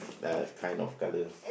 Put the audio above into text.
uh kind of color